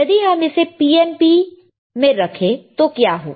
यदि हम इसे PNP रखे तो क्या होगा